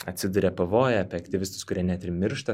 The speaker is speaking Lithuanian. atsiduria pavojuj apie aktyvistus kurie net ir miršta